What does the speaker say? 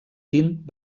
tint